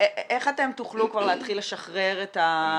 איך אתם תוכלו כבר להתחיל לשחרר את הפקק?